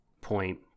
point